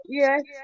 yes